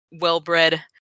well-bred